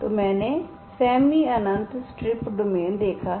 तो मैंने सेमी अनंत स्ट्रिप डोमेन देखा है